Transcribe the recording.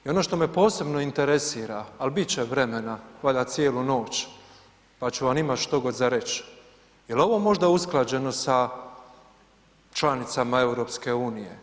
I ono što me posebno interesira, ali bit će vremena, valjda cijelu noć pa ću vam imat štogod za reći, je li ovo možda usklađeno sa članicama EU?